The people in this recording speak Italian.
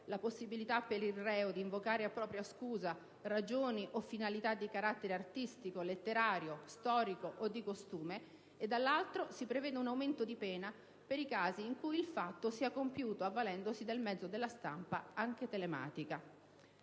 la possibilità per il reo di invocare a propria scusa ragioni o finalità di carattere artistico, letterario, storico o di costume, e, dall'altro, si prevede un aumento di pena per i casi in cui il fatto sia compiuto avvalendosi del mezzo della stampa, anche telematica.